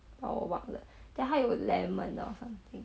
oh 我忘了 then 他有 lemon or something